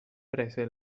prese